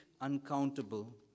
uncountable